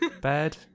bed